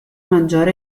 maggior